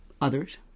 others